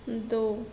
دو